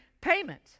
payment